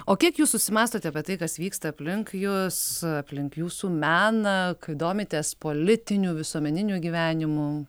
o kiek jūs susimąstote apie tai kas vyksta aplink jus aplink jūsų meną kai domitės politiniu visuomeniniu gyvenimu